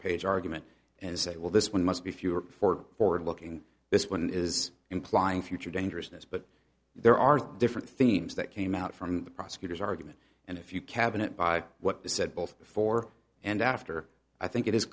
page argument and say well this one must be fewer for forward looking this one is implying future dangerousness but there are different themes that came out from the prosecutor's argument and if you cabinet by what they said both before and after i think it is